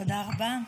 תודה רבה.